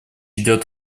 идет